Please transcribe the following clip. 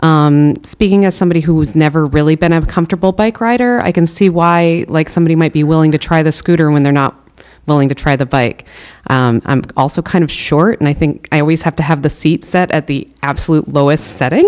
that speaking as somebody who's never really been as comfortable bike rider i can see why like somebody might be willing to try the scooter when they're not willing to try the bike i'm also kind of short and i think i always have to have the seat set at the absolute lowest setting